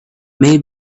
may